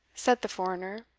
said the foreigner.